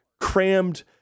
crammed